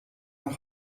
nach